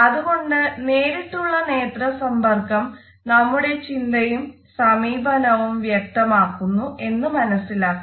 അതുകൊണ്ട് നേരിട്ടുള്ള നേത്ര സമ്പർക്കം നമ്മുടെ ചിന്തയും സമീപനവും വ്യക്തമാക്കുന്നു എന്ന് മനസ്സിലാക്കാം